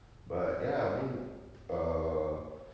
but ya I mean err